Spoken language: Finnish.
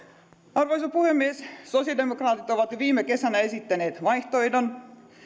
arvoisa puhemies sosiaalidemokraatit ovat jo viime kesänä esittäneet vaihtoehdon